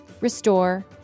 restore